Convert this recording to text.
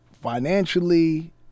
financially